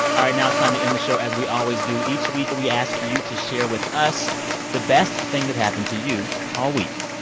all right. now it's time to end the show as we always do. each week, we ask you to share with us the best thing that happened to you all week.